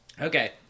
Okay